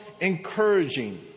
encouraging